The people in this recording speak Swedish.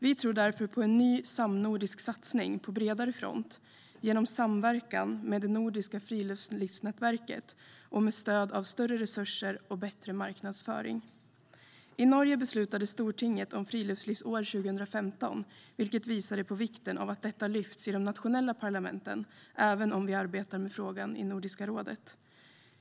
Vi tror därför på en ny samnordisk satsning på bredare front genom samverkan med det nordiska friluftsnätverket och med stöd av större resurser och bättre marknadsföring. I Norge beslutade stortinget om ett friluftslivsår 2015, vilket visar på vikten av att detta lyfts i de nationella parlamenten även om vi arbetar med frågan i Nordiska rådet.